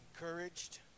encouraged